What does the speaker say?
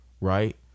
right